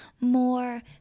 more